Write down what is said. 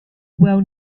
well